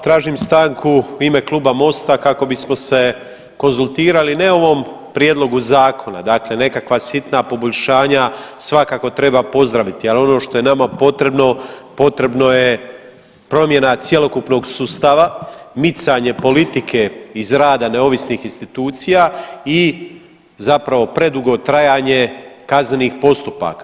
Tražim stanku u ime Kluba MOST-a kako bismo se konzultirali ne o ovom prijedlogu zakona, dakle nekakva sitna poboljšanja svakako treba pozdraviti, ali ono što je nama potrebno, potrebno je promjena cjelokupnog sustava, micanje politike iz rada neovisnih institucija i zapravo predugo trajanje kaznenih postupaka.